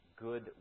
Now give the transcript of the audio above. good